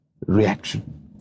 reaction